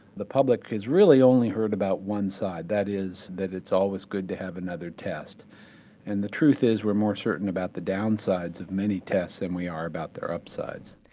the public has really only heard about one side, that is that it's always good to have another test and the truth is we're more certain about the downsides of many tests than we are about their upsides.